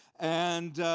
and